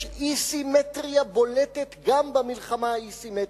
יש אי-סימטריה בולטת גם במלחמה הא-סימטרית.